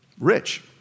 rich